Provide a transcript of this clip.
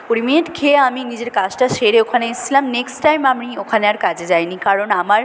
কুড়ি মিনিট খেয়ে আমি নিজের কাজটা সেরে ওখানে এসেছিলাম নেক্সট টাইম আমি ওখানে আর কাজে যাইনি কারণ আমার